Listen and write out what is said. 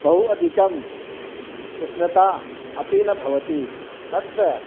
बहु अधिकं उष्णता अपि न भवति तत्र